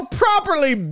properly